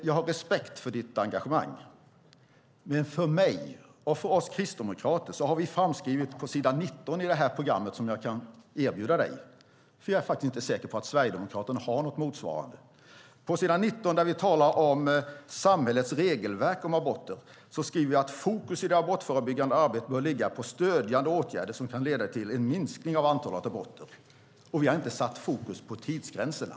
Jag har respekt för ditt engagemang, Julia Kronlid, men på s. 19 i det här programmet som jag kan erbjuda dig - jag är inte säker på att Sverigedemokraterna har något motsvarande - talar vi kristdemokrater om samhällets regelverk för aborter. Vi skriver att fokus i det abortförebyggande arbetet bör ligga på stödjande åtgärder som kan leda till en minskning av antalet aborter. Vi har inte satt fokus på tidsgränserna.